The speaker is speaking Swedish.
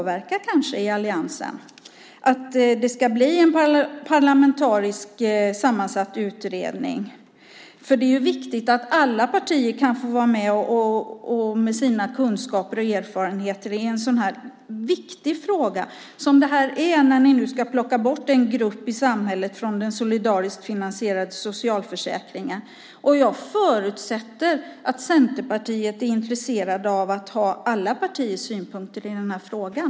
Du kan kanske påverka alliansen för att det ska bli en parlamentariskt sammansatt utredning. Det är ju viktigt att alla partier kan vara med och bidra med sina kunskaper och erfarenheter i en så viktig fråga som detta är, när ni nu ska plocka bort en grupp i samhället från den solidariskt finansierade socialförsäkringen. Jag förutsätter att Centerpartiet är intresserat av att höra alla partiers synpunkter i den här frågan.